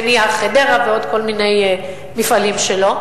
ב"נייר חדרה" ועוד כל מיני מפעלים שלו.